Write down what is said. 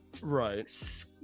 right